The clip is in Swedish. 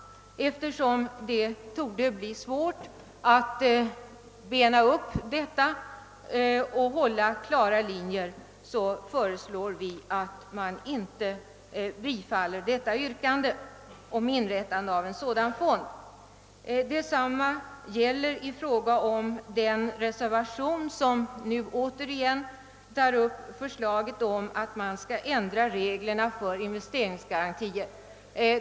Eftersom det torde bli svårt att bena upp detta och hålla klara skiljelinjer föreslår vi att yrkandet om inrättande av en sådan fond inte bifalles. Detsamma gäller den motion som nu återigen tar upp förslaget om att man skall ändra reglerna för investeringsgarantier.